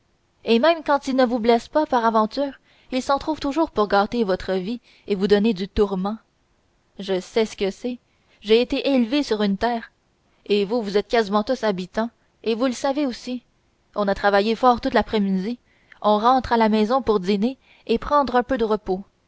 et même quand ils ne vous blessent pas par aventure il s'en trouve toujours pour gâter votre vie et vous donner du tourment je sais ce que c'est j'ai été élevé sur une terre et vous vous êtes quasiment tous habitants et vous le savez aussi on a travaillé fort tout lavant midi on rentre à la maison pour dîner et prendre un peu de repos